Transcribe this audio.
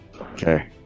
Okay